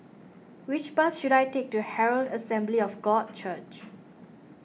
which bus should I take to Herald Assembly of God Church